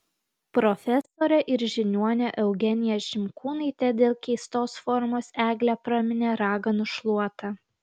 profesorė ir žiniuonė eugenija šimkūnaitė dėl keistos formos eglę praminė raganų šluota